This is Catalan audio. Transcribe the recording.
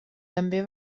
també